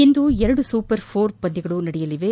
ಇಂದು ಎರಡು super four ಪಂದ್ಯಗಳು ನಡೆಯಲಿವೆ